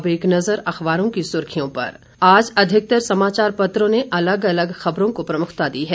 अब एक नजर अखबारों की सुर्खियों पर आज अधिकत्तर समाचार पत्रों ने अलग अलग खबरों को प्रमुखता दी है